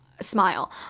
smile